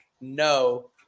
no